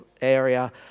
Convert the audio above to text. area